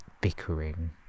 bickering